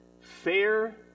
Fair